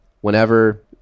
whenever